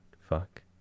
Fuck